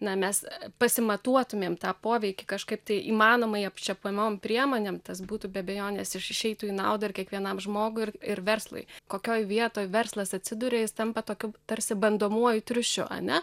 na mes pasimatuotumėm tą poveikį kažkaip tai įmanomai apčiuopiamom priemonėm tas būtų be abejonės išeitų į naudą ir kiekvienam žmogui ir ir verslui kokioj vietoj verslas atsiduria jis tampa tokiu tarsi bandomuoju triušiu ar ne